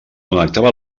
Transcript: connectava